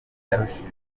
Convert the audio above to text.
yarushijeho